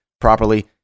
properly